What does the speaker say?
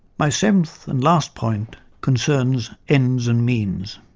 my seventh and last point concerns ends and means.